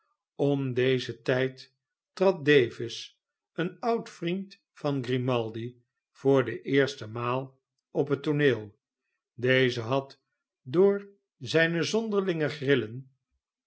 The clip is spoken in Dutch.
om dezen tijd trad davis een oud vriendvan grimaldi voor de eerste maal op het tooneel deze had door zijne zonderlinge grillen